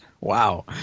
wow